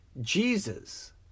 Jesus